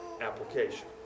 application